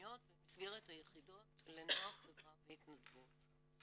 המקומיות במסגרת היחידות לנוער, חברה והתנדבות.